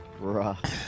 Bruh